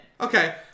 Okay